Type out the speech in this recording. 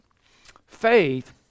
Faith